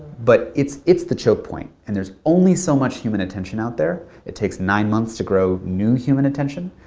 but it's it's the choke point. and there's only so much human attention out there. it takes nine months to grow new human attention.